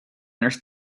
earth